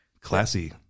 Classy